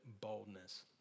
boldness